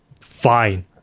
fine